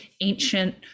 ancient